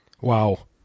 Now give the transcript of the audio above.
wow